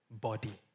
body